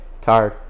Tired